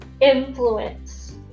influence